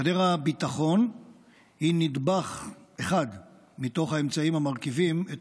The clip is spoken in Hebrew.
גדר הביטחון היא נדבך אחד מתוך האמצעים המרכיבים את